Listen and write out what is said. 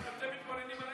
אתם מתבוננים עלינו בהשתאות?